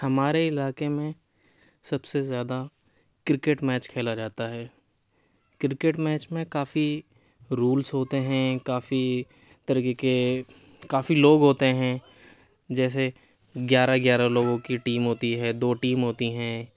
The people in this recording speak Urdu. ہمارے علاقے میں سب سے زیادہ کرکٹ میچ کھیلا جاتا ہے کرکٹ میچ میں کافی رولز ہوتے ہیں کافی طریقے کے کافی لوگ ہوتے ہیں جیسے گیارہ گیارہ لوگوں کی ٹیم ہوتی ہے دو ٹیم ہوتی ہیں